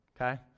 okay